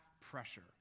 pressure